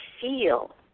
feel